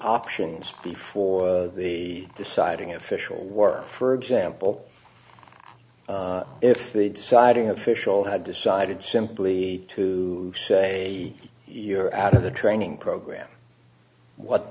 options before deciding official work for example if the deciding official had decided simply to say you're out of the training